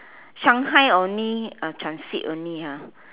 Shanghai only uh transit only ah